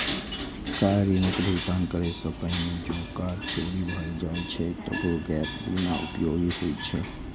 car ऋणक भुगतान करै सं पहिने जौं कार चोरी भए जाए छै, तबो गैप बीमा उपयोगी होइ छै